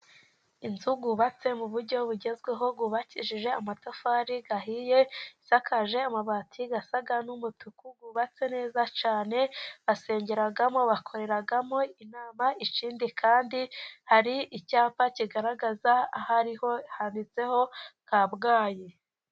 Inzu yubatse mu buryo bugezweho, yubakishije amatafari ahiye, isakaje amabati asa n'umutuku, yubatse neza cyane, basengeramo, bakoreramo inama, ikindi kandi hari icyapa kigaragaza aho ariho, handitseho Kabgayi